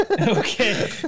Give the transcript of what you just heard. Okay